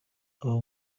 abo